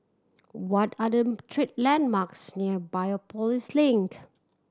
what are the landmarks near Biopolis Link